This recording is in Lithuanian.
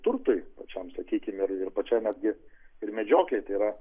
turtui pačiam sakykim ir ir pačiam netgi ir medžioklei tai yra